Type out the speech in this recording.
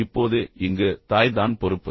இப்போது இங்கு தாய் தான் பொறுப்பு